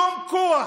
שום כוח